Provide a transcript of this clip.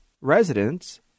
residents